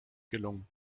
gelungen